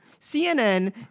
CNN